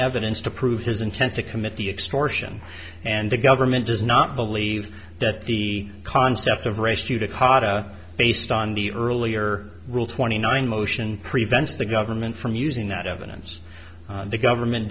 evidence to prove his intent to commit the extortion and the government does not believe that the concept of race judicata based on the earlier rule twenty nine motion prevents the government from using that evidence the government